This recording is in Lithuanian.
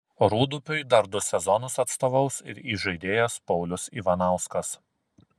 rūdupiui dar du sezonus atstovaus ir įžaidėjas paulius ivanauskas